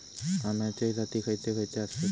अम्याचे जाती खयचे खयचे आसत?